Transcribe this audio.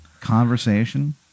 conversation